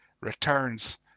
returns